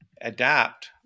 adapt